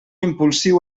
impulsiu